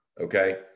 Okay